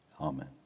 Amen